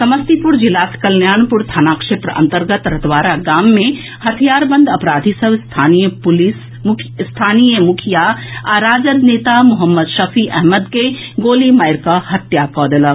समस्तीपुर जिलाक कल्याणपुर थाना क्षेत्र अंतर्गत रतवारा गाम मे हथियार बंद अपराधी सभ स्थानीय मुखिया आ राजद नेता मोहम्मद शफी अहमद के गोली मारिकऽ हत्या कऽ देलक